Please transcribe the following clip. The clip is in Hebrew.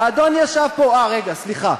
האדון ישב פה, אה רגע, סליחה.